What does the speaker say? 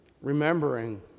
Remembering